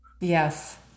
Yes